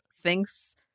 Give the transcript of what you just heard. thinks